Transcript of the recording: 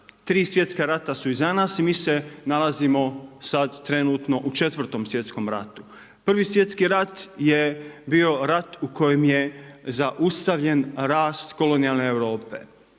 Tri svjetska rata su iza nas, i mi se nalazimo sad trenutno u Četvrtom svjetskom ratu. Prvi svjetski rat je bio rat u kojem je zaustavljen rast kolonijalne Europe.